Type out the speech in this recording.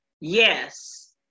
Yes